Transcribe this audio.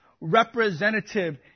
representative